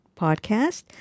podcast